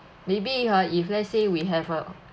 maybe ha if let's say we have a